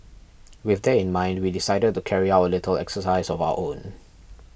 with that in mind we decided to carry out a little exercise of our own